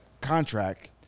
contract